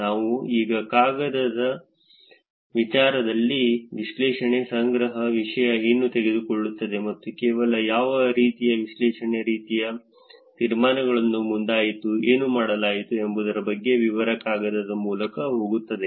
ನಾವು ಈಗ ಕಾಗದದ ವಿಚಾರದಲ್ಲಿ ವಿಶ್ಲೇಷಣೆ ಸಂಗ್ರಹ ವಿಷಯ ಏನು ತೆಗೆದುಕೊಳ್ಳುತ್ತದೆ ಮತ್ತು ಕೇವಲ ಯಾವ ರೀತಿಯ ವಿಶ್ಲೇಷಣೆ ರೀತಿಯ ತೀರ್ಮಾನಗಳನ್ನು ಮುಂದಾಯಿತು ಏನು ಮಾಡಲಾಯಿತು ಎಂಬುವುದರ ಬಗ್ಗೆ ವಿವರ ಕಾಗದದ ಮೂಲಕ ಹೋಗುತ್ತದೆ